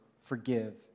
forgive